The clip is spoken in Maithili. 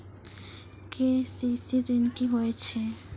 के.सी.सी ॠन की होय छै?